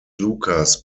lucas